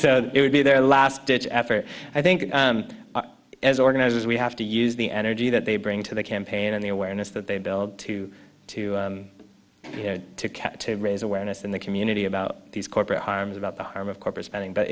so it would be their last ditch effort i think is organize we have to use the energy that they bring to the campaign and the awareness that they build to to to cat to raise awareness in the community about these corporate harms about the harm of corporate spending but